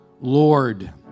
Lord